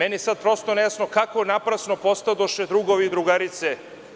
Meni je sada prosto nejasno kako naprasno postadoše drugovi i drugarice.